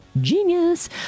Genius